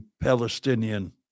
Palestinian